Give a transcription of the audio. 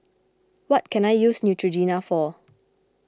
what can I use Neutrogena for